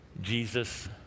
Jesus